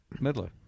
Midler